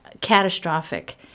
catastrophic